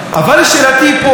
אבל שאלתי פה: